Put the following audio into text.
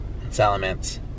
Salamance